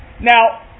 Now